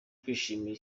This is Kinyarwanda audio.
kwishimira